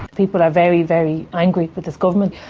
people are very, very angry with this government.